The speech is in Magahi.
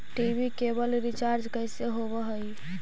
टी.वी केवल रिचार्ज कैसे होब हइ?